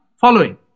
following